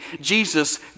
Jesus